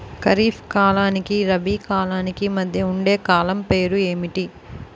ఖరిఫ్ కాలానికి రబీ కాలానికి మధ్య ఉండే కాలం పేరు ఏమిటి?